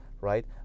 right